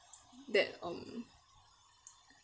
that um